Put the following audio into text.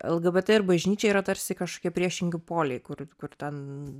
lgbt ir bažnyčia yra tarsi kažkokie priešingi poliai kur kur ten